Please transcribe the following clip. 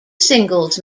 singles